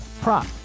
prop